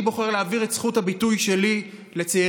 אני בוחר להעביר את זכות הביטוי שלי לצעירה